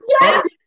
Yes